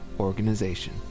organization